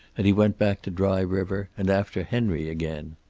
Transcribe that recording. and he went back to dry river and after henry again.